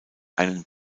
einen